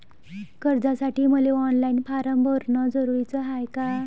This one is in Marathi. कर्जासाठी मले ऑनलाईन फारम भरन जरुरीच हाय का?